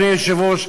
אדוני היושב-ראש,